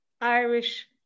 Irish